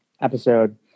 episode